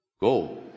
Go